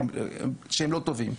שהם לא טובים.